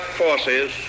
forces